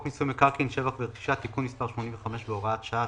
(א)בחוק מיסוי מקרקעין (שבח ורכישה) (תיקון מס' 85 והוראת שעה),